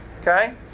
okay